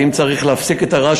ואם צריך להפסיק את הרעש,